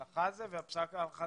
חבריי חברי הכנסת היקרים,